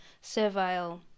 servile